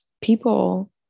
people